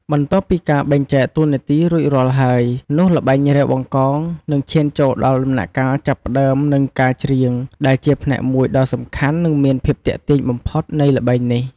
បន្ទាប់ពីការបែងចែកតួនាទីរួចរាល់ហើយ នោះល្បែង រាវបង្កង នឹងឈានចូលដល់ដំណាក់កាល ចាប់ផ្តើម និងការច្រៀង ដែលជាផ្នែកមួយដ៏សំខាន់ និងមានភាពទាក់ទាញបំផុតនៃល្បែងនេះ។